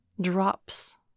drops